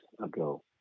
ago